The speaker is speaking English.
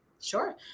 Sure